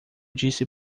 disse